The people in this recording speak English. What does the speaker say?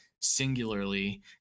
singularly